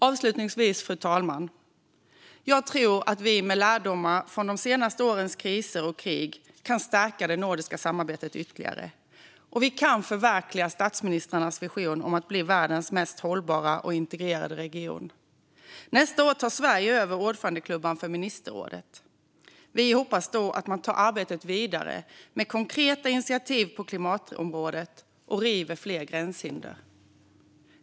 Avslutningsvis: Jag tror att vi med lärdomar från de senaste årens kriser och krig kan stärka det nordiska samarbetet ytterligare och att vi kan förverkliga statsministrarnas vision om att bli världens mest hållbara och integrerade region. Nästa år tar Sverige över ordförandeklubban för ministerrådet. Vi hoppas att man då tar arbetet vidare med konkreta initiativ på klimatområdet och river fler gränshinder.